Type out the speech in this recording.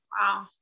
Wow